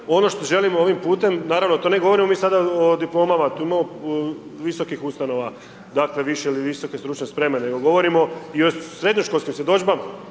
ono što želimo ovim putem, naravno to ne govorimo mi sada o diplomama visokih ustanova, dakle više ili visoke stručne spreme nego govorimo i o srednjoškolskim svjedodžbama